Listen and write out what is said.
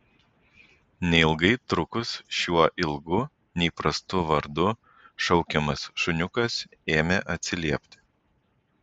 neilgai trukus šiuo ilgu neįprastu vardu šaukiamas šuniukas ėmė atsiliepti